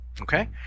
Okay